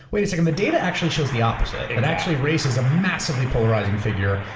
wait a second. the data actually shows the opposite, that actually race is a massively polarizing figure,